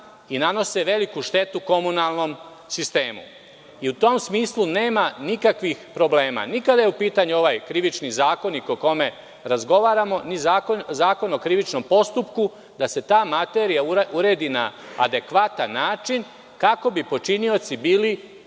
i nanose veliku štetu komunalnom sistemu. U tom smislu nema nikakvih problema, ni kada je u pitanju ovaj Krivični zakonik o kome razgovaramo, ni Zakon o krivičnom postupku, da se ta materija uredi na adekvatan način, kako bi počinioci bili